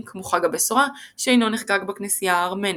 כמו חג הבשורה שאינו נחגג בכנסייה הארמנית.